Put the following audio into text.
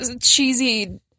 cheesy